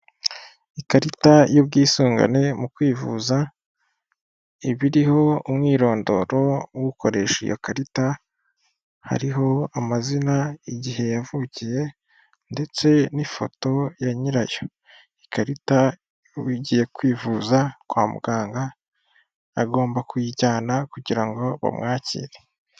Ikarita y'ubwisungane mu kwivuza, ibiriho umwirondoro w'ukoresha iyo karita hariho: amazina, igihe yavukiye ndetse n'ifoto ya nyirayo. Ikarita ugiye kwivuza kwa muganga agomba kuyijyana kugira ngo bamwakire.